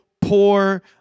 poor